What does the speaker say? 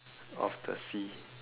of the sea